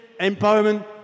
empowerment